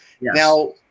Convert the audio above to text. Now